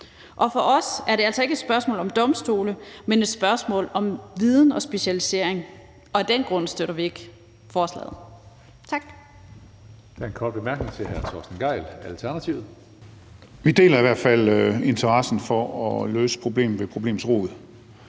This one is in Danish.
For os er det altså ikke et spørgsmål om domstole, men et spørgsmål om viden og specialisering, og af den grund støtter vi ikke forslaget. Tak. Kl. 15:54 Tredje næstformand (Karsten Hønge): Der er en kort